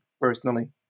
personally